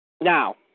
Now